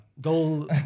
Goal